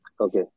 Okay